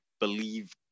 believe